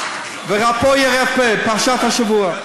השבוע, "ורפא ירפא", פרשת השבוע.